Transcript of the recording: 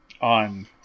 on